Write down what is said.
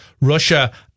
Russia